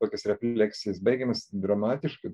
tokias refleksijas bėgiamas dramatiškai